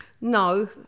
No